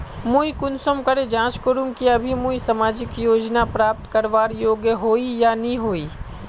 मुई कुंसम करे जाँच करूम की अभी मुई सामाजिक योजना प्राप्त करवार योग्य होई या नी होई?